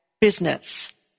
business